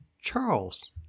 charles